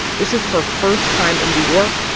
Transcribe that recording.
this is her first time in new york.